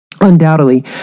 Undoubtedly